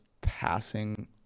passing